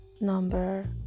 number